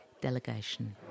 delegation